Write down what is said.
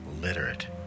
literate